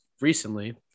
recently